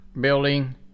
building